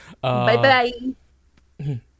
Bye-bye